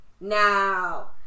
Now